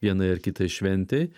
vienai ar kitai šventei